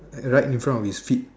right in front of his feet